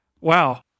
Wow